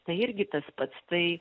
tai irgi tas pats tai